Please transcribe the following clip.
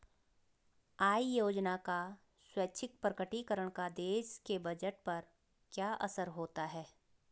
आय योजना का स्वैच्छिक प्रकटीकरण का देश के बजट पर क्या असर होता है?